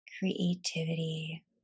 creativity